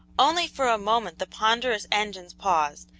only for a moment the ponderous engines paused,